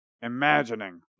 imagining